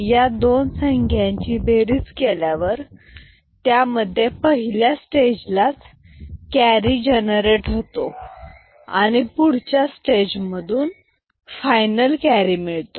या दोन संख्यांची बेरीज केल्यावर यामध्ये पहिल्या स्टेजलाच कॅरी जनरेट होतो आणि पुढच्या स्टेज मधून फायनल कॅरी मिळतो